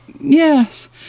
Yes